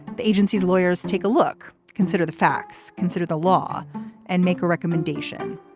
the agency's lawyers take a look consider the facts. consider the law and make a recommendation.